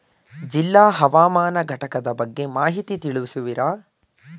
ಜಿಲ್ಲಾ ಹವಾಮಾನ ಘಟಕದ ಬಗ್ಗೆ ಮಾಹಿತಿ ತಿಳಿಸುವಿರಾ?